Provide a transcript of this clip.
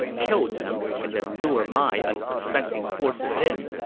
kill them, and then lure my unsuspecting forces in.